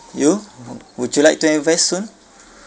you would you like to invest soon